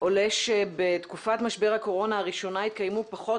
עולה שבתקופת משבר הקורונה הראשונה התקיימו פחות